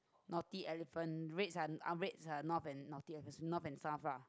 naughty elephant reds are n~ reds are north and naughty uh north and south ah